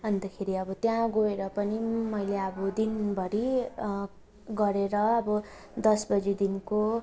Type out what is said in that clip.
अन्तखेरि अब त्यहाँ गएर पनि मैले अब दिनभरि गरेर अब दस बजीदेखिको